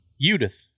Judith